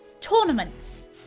tournaments